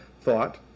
thought